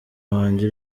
wanjye